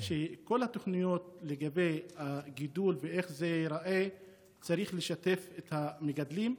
בכל התוכניות לגבי הגידול ואיך זה ייראה צריך לשתף את המגדלים.